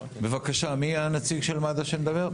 בבקשה, מי הנציג של מד"א שמדבר?